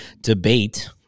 debate